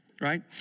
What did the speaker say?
right